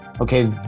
okay